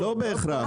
לא בהכרח יסמין,